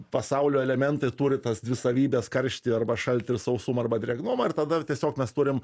pasaulio elementai turi tas dvi savybes karštį arba šaltį ir sausumą arba drėgnumą ir tada tiesiog mes turim